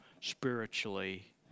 spiritually